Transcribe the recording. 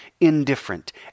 indifferent